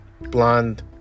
blonde